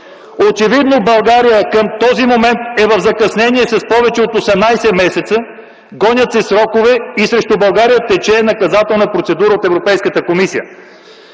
Очевидно България към този момент е в закъснение с повече от 18 месеца, гонят се срокове и срещу нея тече наказателна процедура от Европейската комисия.